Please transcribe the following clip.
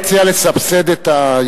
אתה מציע לסבסד את,